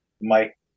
Mike